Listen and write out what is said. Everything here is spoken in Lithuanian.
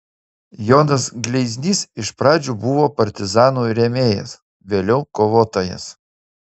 jonas gleiznys iš pradžių buvo partizanų rėmėjas vėliau kovotojas